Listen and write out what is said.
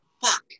Fuck